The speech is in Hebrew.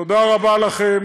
תודה רבה לכם,